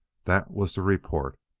that was the report.